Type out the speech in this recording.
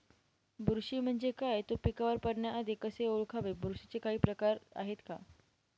बुरशी म्हणजे काय? तो पिकावर पडण्याआधी कसे ओळखावे? बुरशीचे काही प्रकार आहेत का?